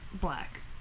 black